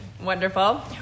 Wonderful